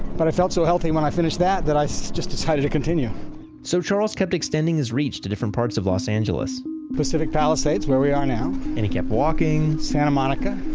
but i felt so healthy when i finished that, that i so just decided to continue so charles kept extending his reach to different parts of los angeles palisades, where we are now and he kept walking, santa monica.